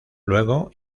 luego